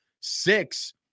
six